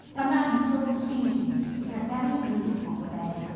a man and for all seasons is a very beautiful play.